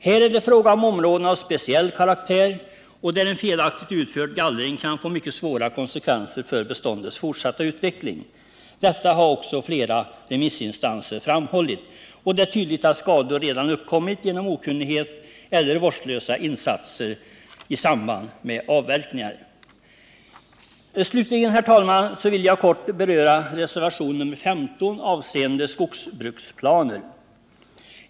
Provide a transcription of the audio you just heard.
Här är det fråga om områden av speciell karaktär, där en felaktigt utförd gallring kan få mycket svåra konsekvenser för beståndets fortsatta utveckling. Detta har också flera remissinstanser framhållit. Det är f. ö. tydligt att skador redan uppkommit genom okunnighet eller vårdslösa insatser i samband med avverkningar. Slutligen, herr talman, vill jag kort beröra reservation nr 15 avseende skogsbruksplaner.